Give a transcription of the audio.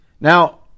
Now